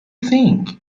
think